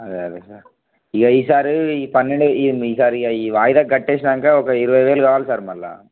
అదే అదే సార్ ఇగ ఈసారి ఈ పన్నెండు ఈ ఈ సారి ఇగ వాయిదా కట్టేసాక ఒక ఇరవై వేలు కావాలి సార్ మళ్ళీ